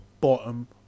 bottom